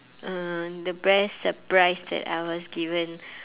uh the best surprise that I was given